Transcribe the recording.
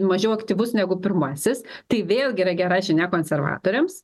mažiau aktyvus negu pirmasis tai vėlgi yra gera žinia konservatoriams